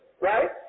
Right